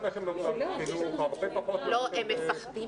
הם מפחדים